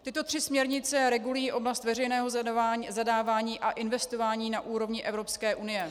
Tyto tři směrnice regulují oblast veřejného zadávání a investování na úrovni Evropské unie.